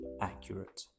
accurate